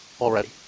already